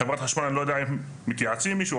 חב' חשמל, אני לא יודע אם מתייעצים עם מישהו.